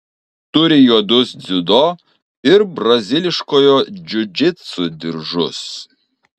turi juodus dziudo ir braziliškojo džiudžitsu diržus